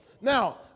Now